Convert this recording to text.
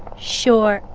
sure,